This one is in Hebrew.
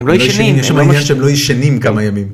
הם לא ישנים. יש שם עניין שהם לא ישנים כמה ימים.